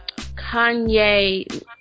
Kanye